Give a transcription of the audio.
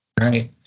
right